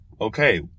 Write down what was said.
Okay